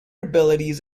abilities